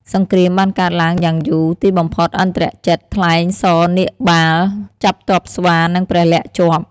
សង្គ្រាមបានកើតឡើងយ៉ាងយូរ ទីបំផុតឥន្ទ្រជិត ថ្លែងសរនាគបាល ចាប់ទ័ពស្វានិងព្រះលក្សណ៍ជាប់។